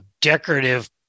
decorative